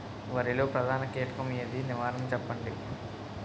వరిలో ప్రధాన కీటకం ఏది? నివారణ చెప్పండి?